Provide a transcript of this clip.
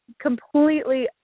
completely